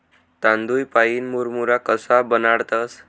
तांदूय पाईन मुरमुरा कशा बनाडतंस?